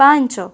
ପାଞ୍ଚ